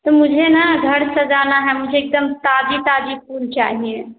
तो मुझे न घर सजाना है मुझे एकदम ताज़ा ताज़ा फूल चाहिए